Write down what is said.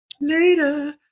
Later